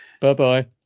bye-bye